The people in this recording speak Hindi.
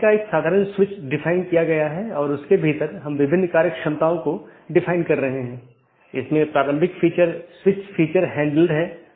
तो ये वे रास्ते हैं जिन्हें परिभाषित किया जा सकता है और विभिन्न नेटवर्क के लिए अगला राउटर क्या है और पथों को परिभाषित किया जा सकता है